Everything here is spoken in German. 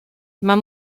man